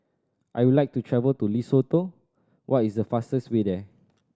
I would like to travel to Lesotho what is the fastest way there